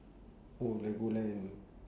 oh legoland